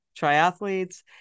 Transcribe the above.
triathletes